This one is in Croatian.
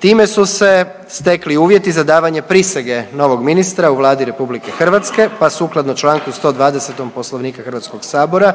Time su se stekli uvjeti za davanje prisege novog ministra u Vladi Republike Hrvatske, pa sukladno članku 120. Poslovnika Hrvatskog sabora